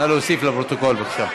נגד, 31, אין נמנעים.